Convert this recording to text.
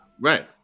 Right